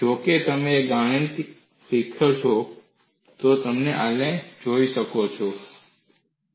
જો કે તમે આ ગણિત શીખ્યા છો તમે આને જોઈ શકો છો